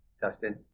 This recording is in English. Dustin